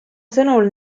sõnul